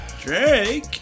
Drake